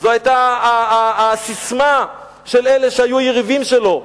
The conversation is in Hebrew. זו היתה הססמה של אלה שהיו יריבים שלו.